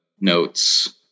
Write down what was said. notes